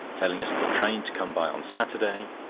telling us the train to come by on saturday,